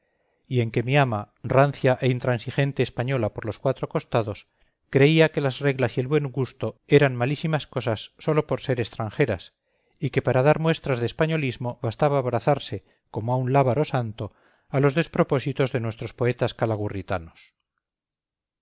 y en que mi ama rancia e intransigente española por los cuatro costados creía que las reglas y el buen gusto eran malísimas cosas sólo por ser extranjeras y que para dar muestras de españolismo bastaba abrazarse como a un lábaro santo a los despropósitos de nuestros poetas